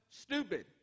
stupid